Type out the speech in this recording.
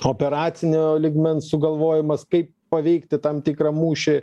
operacinio lygmens sugalvojimas kaip paveikti tam tikrą mūšį